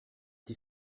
die